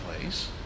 place